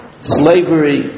Slavery